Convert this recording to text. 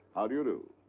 how do you do?